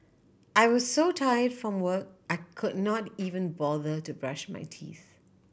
I was so tired from work I could not even bother to brush my teeth